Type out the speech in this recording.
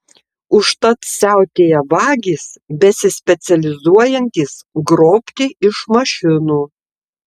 užtat siautėja vagys besispecializuojantys grobti iš mašinų